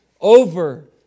over